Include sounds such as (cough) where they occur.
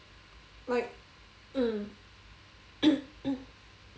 like mm (coughs)